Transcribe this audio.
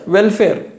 Welfare